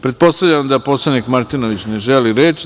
Pretpostavljam da poslanik Martinović ne želi reč.